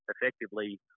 effectively